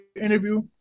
interview